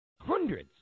hundreds